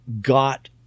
got